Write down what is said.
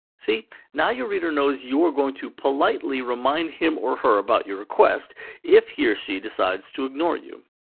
see? now, your reader knows you are going to politely remind him or her about your request if he or she decides to ignore you.